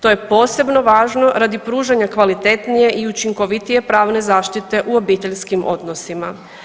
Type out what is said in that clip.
To je posebno važno radi pružanja kvalitetnije i učinkovitije pravne zaštite u obiteljskim odnosima.